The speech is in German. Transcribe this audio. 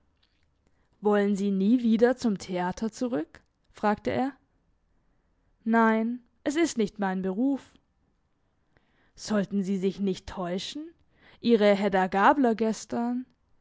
wollen sie nie wieder zum theater zurück fragte er nein es ist nicht mein beruf sollten sie sich nicht täuschen ihre hedda gabler